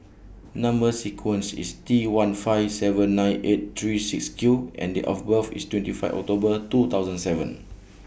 Number sequence IS T one five seven nine eight three six Q and Date of birth IS twenty five October two thousand seven